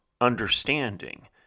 understanding